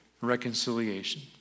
reconciliation